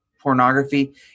pornography